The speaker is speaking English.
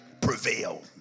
prevail